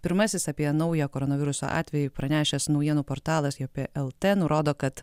pirmasis apie naują koronaviruso atvejį pranešęs naujienų portalas jp lt nurodo kad